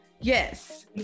Yes